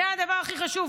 זה הדבר הכי חשוב.